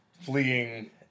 Fleeing